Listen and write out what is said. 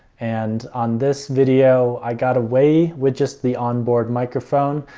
and on this video i got away with just the onboard microphone.